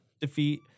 defeat